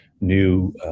new